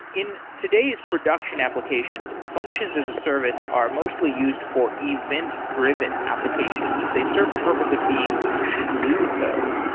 in today's production applications, functions as a service are mostly used for event-driven applications. they serve the purpose of being glue code,